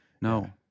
No